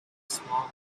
small